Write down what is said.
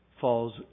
falls